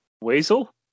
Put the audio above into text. Weasel